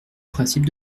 principe